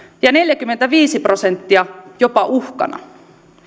ja neljäkymmentäviisi prosenttia jopa uhkana